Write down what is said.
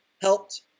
helped